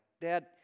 Dad